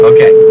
Okay